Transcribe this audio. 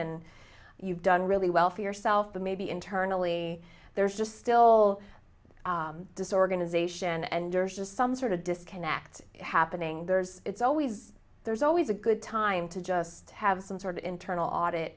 and you've really well for yourself the maybe internally there's just still disorganization and versus some sort of disconnect happening there's always there's always a good time to just have some sort of internal audit